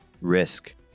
risk